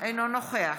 אינו נוכח